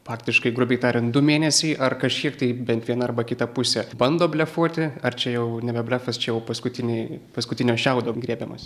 faktiškai grubiai tariant du mėnesiai ar kažkiek tai bent viena arba kita pusė bando blefuoti ar čia jau nebe blefas čia jau paskutiniai paskutinio šiaudo griebiamasi